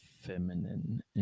Feminine